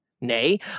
Nay